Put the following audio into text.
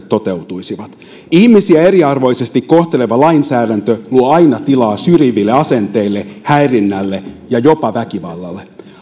toteutuisivat ihmisiä eriarvoisesti kohteleva lainsäädäntö luo aina tilaa syrjiville asenteille häirinnälle ja jopa väkivallalle